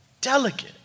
Delicate